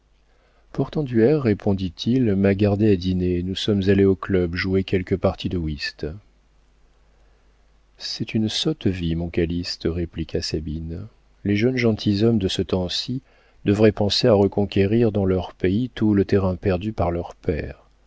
hier portenduère répondit-il m'a gardé à dîner et nous sommes allés au club jouer quelques parties de whist c'est une sotte vie mon calyste répliqua sabine les jeunes gentilshommes de ce temps-ci devraient penser à reconquérir dans leur pays tout le terrain perdu par leurs pères